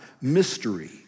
mystery